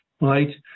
right